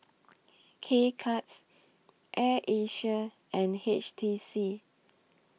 K Cuts Air Asia and H T C